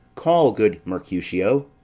call, good mercutio.